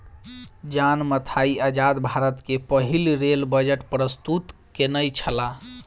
John Mathai आजाद भारत के पहिल रेल बजट प्रस्तुत केनई छला